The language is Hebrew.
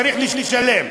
צריך לשלם,